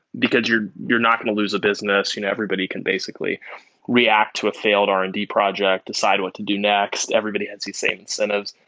because you're you're not going to lose a business. you know everybody can basically react to a failed r and d project, decide what to do next. everybody had the same incentives.